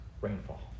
rainfall